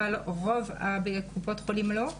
אבל רוב הקופות לא.